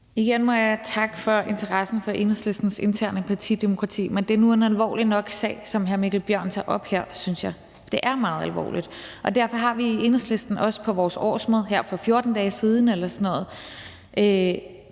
Igen må jeg takke for interessen for Enhedslistens interne partidemokrati, men det er nu en alvorlig nok sag, som hr. Mikkel Bjørn tager op her, synes jeg. Det er meget alvorligt. Og derfor har vi i Enhedslisten også på vores årsmøde, her for 14 dage siden eller sådan noget,